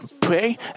pray